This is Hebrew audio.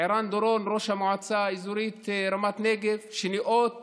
ערן דורון, ראש המועצה האזורית רמת נגב, שניאות